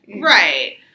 Right